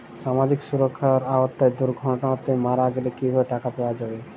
সামাজিক সুরক্ষার আওতায় দুর্ঘটনাতে মারা গেলে কিভাবে টাকা পাওয়া যাবে?